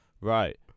right